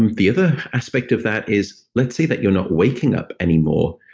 and the other aspect of that is, let's say that you're not waking up any more,